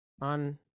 on